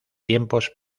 tiempos